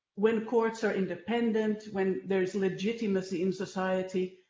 when courts are independent, when there is legitimacy in society,